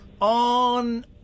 On